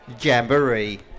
Jamboree